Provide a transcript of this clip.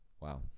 Wow